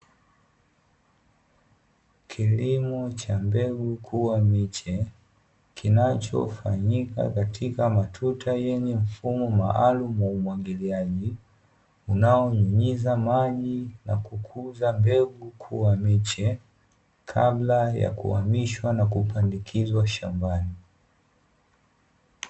Kilimo cha mbegu kuwa miche, kinachofanyika katika matuta yenye mfumo maalumu wa umwagiliaji unaonyunyiza maji na kukuza mbegu kuwa miche, kabla ya kuhamishwa na kupandikizwa shambani.